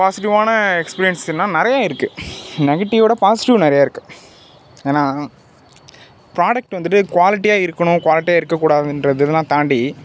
பாசிட்டிவான எக்ஸ்பிரியன்ஸுன்னால் நிறைய இருக்குது நெகட்டிவோட பாசிட்டிவ் நிறைய இருக்குது ஏனால் ப்ராடக்ட் வந்துட்டு குவாலிட்டியாக இருக்கணும் குவாலிட்டியாக இருக்கக்கூடாதுன்றதுலாம் தாண்டி